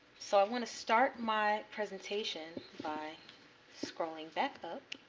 so i want to start my presentation by scrolling back up,